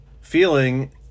feeling